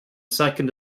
second